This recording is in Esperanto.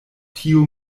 tio